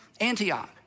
Antioch